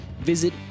Visit